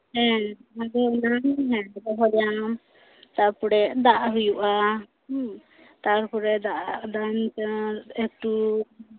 ᱦᱮᱸ ᱚᱱᱟᱜᱮ ᱨᱚᱦᱚᱭᱟ ᱛᱟᱯᱚᱨᱮ ᱫᱟᱜ ᱦᱩᱭᱩᱜᱼᱟ ᱦᱮᱸ ᱛᱟᱨ ᱯᱚᱨᱮ ᱫᱟᱜ ᱟᱫᱟ ᱮᱠᱴᱩ